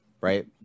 right